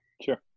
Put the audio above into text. Sure